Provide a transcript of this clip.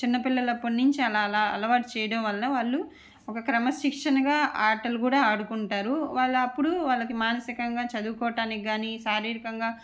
చిన్నపిల్లలు అప్పుడు నుంచి అలా అలా అలవాటు చేయడం వల్ల వాళ్ళు ఒక క్రమశిక్షణగా ఆటలు కూడా ఆడుకుంటారు వాళ్ళు అప్పుడు వాళ్ళకి మానసికంగా చదువుకోవడానికి కానీ శారీరకంగా